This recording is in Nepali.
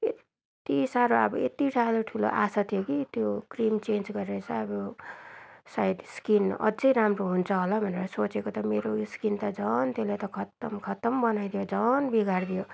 यति साह्रो अब यति साह्रो ठुलो आशा थियो कि त्यो क्रिम चेन्ज गरेर चाहिँ अब सायद स्किन अझ राम्रो हुन्छ होला भनेर सोचेको त मेरो यो स्किन त झन् त्यसले त खत्तम खत्तम बनाइदियो झन् बिगारिदियो